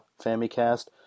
Famicast